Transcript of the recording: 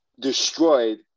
Destroyed